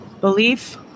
Belief